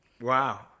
wow